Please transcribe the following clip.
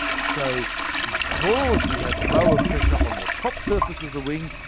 so because we have lower pressure on the top surface of the wing,